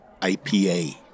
IPA